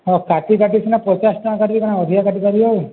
ହଁ କାଟି କାଟି ସିନା ପଚାଶ୍ ଟଙ୍କା କାଟ୍ବି କାଣା ଅଧିକା କାଟି ପାର୍ବି ଆଉ